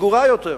סגורה יותר,